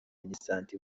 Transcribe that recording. minisante